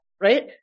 right